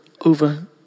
over